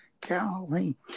Golly